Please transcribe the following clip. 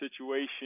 situation